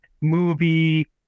movie